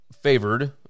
favored